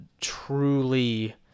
truly